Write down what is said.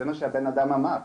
זה מה שהבן אדם אמר.